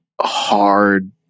hard